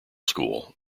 school